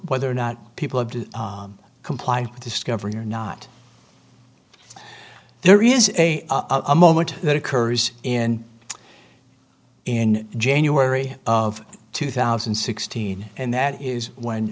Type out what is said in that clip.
whether or not people have to comply with discovery or not there is a a moment that occurs in in january of two thousand and sixteen and that is when